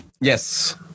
Yes